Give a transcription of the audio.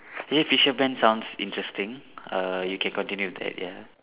actually tuition plan sounds interesting err you can continue with that ya